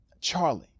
Charlie